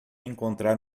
encontrar